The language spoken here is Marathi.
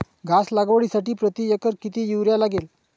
घास लागवडीसाठी प्रति एकर किती युरिया लागेल?